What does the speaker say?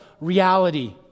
reality